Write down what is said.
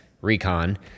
recon